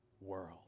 world